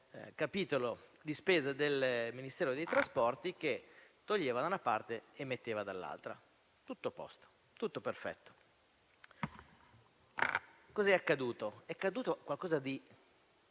capitolo di spesa del Ministero dei trasporti, che toglieva da una parte e metteva dall'altra. Tutto a posto. Tutto perfetto. Cosa è accaduto? È accaduto qualcosa, in